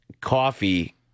coffee